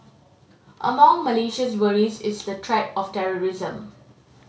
among Malaysia's worries is the threat of terrorism